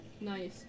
Nice